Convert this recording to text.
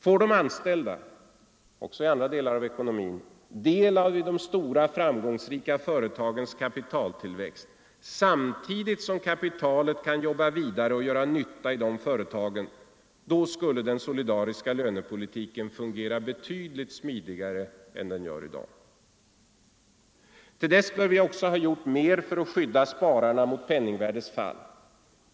Får de anställda —- också inom andra avsnitt av ekonomin — del i de stora framgångsrika företagens kapitaltillväxt samtidigt som kapitalet kan jobba vidare och göra nytta i de företagen, skulle den solidariska lönepolitiken fungera betydligt smidigare än i dag. Till dess bör vi också ha gjort mer för att skydda spararna mot penningvärdets fall.